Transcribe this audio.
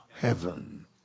heaven